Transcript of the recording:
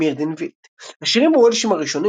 מירדין וילט השירים הוולשיים הראשונים,